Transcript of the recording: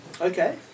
Okay